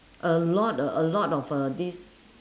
a lot a a lot of uh this